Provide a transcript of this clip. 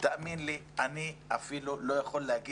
אבל תאמין לי שאני אפילו לא יכול לומר